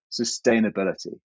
sustainability